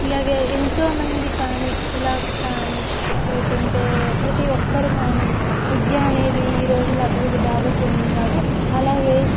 ఇలాగే ఎంతోమంది కానీ ఇలా కానీ లేకుంటే ప్రతి ఒక్కరు కానీ విద్య అనేది ఈ రోజుల అభివృద్ధి బాగా చెందింది కాబట్టి అలాగే